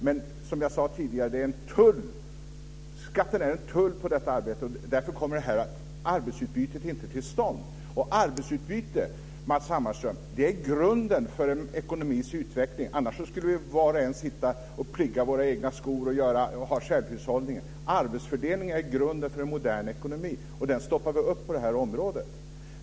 Men som jag sade tidigare är skatten på detta arbete en tull, därför kommer det här arbetsutbytet inte till stånd. Och arbetsutbyte, Matz Hammarström, är grunden för en ekonomis utveckling, annars skulle var och en sitta och pligga sina egna skor och ha självhushållning. Arbetsfördelning är grunden för en modern ekonomi. Och den stoppar vi upp på det här området.